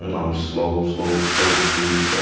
and um slow, slow, slow to speak.